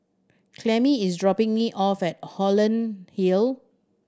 Clemmie is dropping me off at Holland Hill